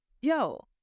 yo